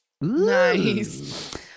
Nice